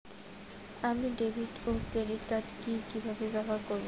আমি ডেভিড ও credit card কি কিভাবে ব্যবহার করব?